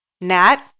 Nat